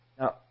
Now